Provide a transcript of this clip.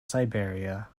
siberia